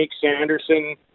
Sanderson